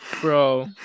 bro